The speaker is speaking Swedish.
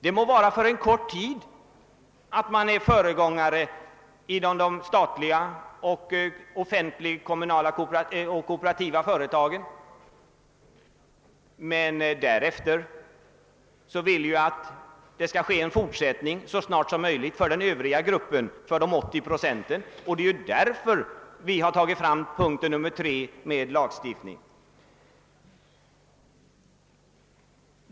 Det må vara att de statliga, kommunala och kooperativa företagen är föregångare för en kort tid, men därefter vill vi att det skall ske en fortsättning för de övriga 80 procenten, och det är därför vi har tagit upp punkt 3, där vi begär lagstiftning.